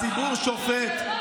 הציבור שופט.